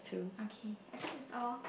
okay I think it's all